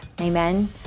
Amen